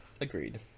Agreed